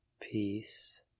Peace